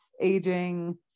aging